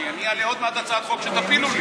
כי אני אעלה עוד מעט הצעת חוק שתפילו לי.